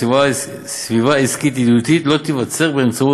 סביבה עסקית ידידותית לא תיווצר באמצעות